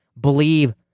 believe